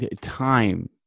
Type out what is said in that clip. time